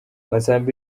masamba